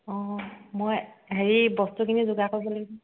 অঁ মই হেৰি বস্তুখিনি যোগাৰ কৰিব লাগিব